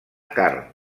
carn